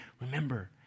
remember